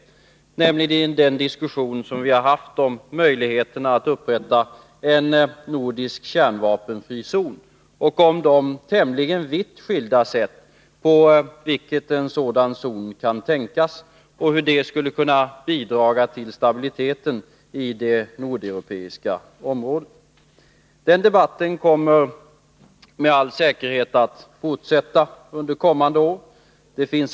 Jag tänker på den debatt vi har fört om möjligheterna att upprätta en nordisk kärnvapenfri zon, de vitt skilda sätt på vilka en sådan kan tänkas och hur dessa skulle kunna bidra till stabiliteten i det nordeuropeiska området. Den debatten kommer med all säkerhet att fortsätta de kommande åren.